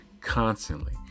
constantly